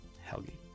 Helgi